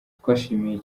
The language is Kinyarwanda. twashimiye